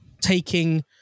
taking